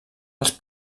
als